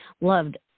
loved